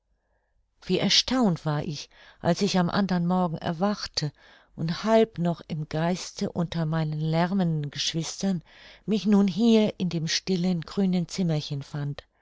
wie erstaunt war ich als ich am andern morgen erwachte und halb noch im geiste unter meinen lärmenden geschwistern mich nun hier in dem stillen grünen zimmerchen fand